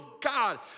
God